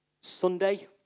Sunday